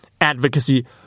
Advocacy